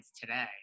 today